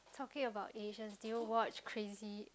talking about Asian did you watch crazy